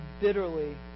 bitterly